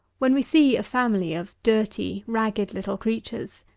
when we see a family of dirty, ragged little creatures,